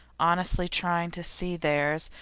honestly trying to see theirs,